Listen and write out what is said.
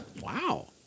Wow